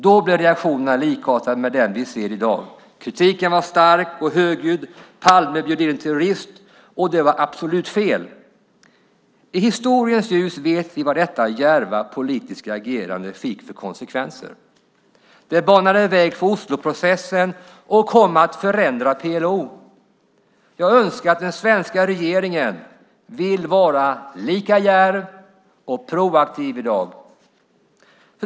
Då blev reaktionerna likartade dem vi ser i dag. Kritiken var stark och högljudd. Palme bjöd in en terrorist, och det var absolut fel. I historiens ljus vet vi vad detta djärva politiska agerande fick för konsekvenser. Det banade väg för Osloprocessen och kom att förändra PLO. Jag önskar att den svenska regeringen vill vara lika djärv och proaktiv i dag.